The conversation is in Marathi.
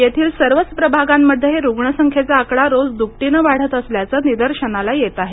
येथील सर्वच प्रभागांमध्ये रुग्ण संख्येचा आकडा रोज दुपटीने वाढत असल्याचं निदर्शनाला येत आहे